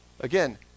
Again